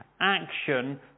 action